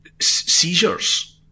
seizures